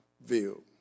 view